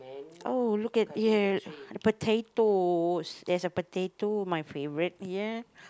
oh look at here the potatoes there's a potato my favorite ya